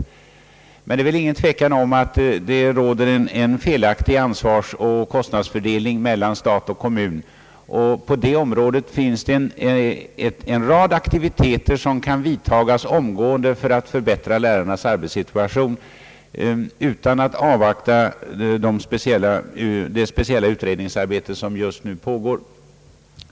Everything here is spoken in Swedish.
Emellertid är det väl ingen tvekan om att det råder en felaktig ansvarsoch kostnadsfördelning mellan stat och kommun, och på det området finns det en rad aktiviteter som kan påbörjas omgående för att förbättra lärarnas arbetssituation, utan att avvakta det speciella utredningsarbete som pågår.